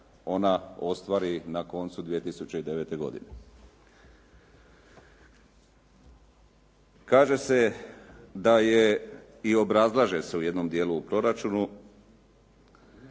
ona ostvari na koncu 2009. godine. Kaže se da je i obrazlaže se u jednom djelu proračunu,